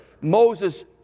Moses